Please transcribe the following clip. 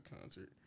concert